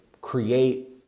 create